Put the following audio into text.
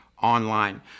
online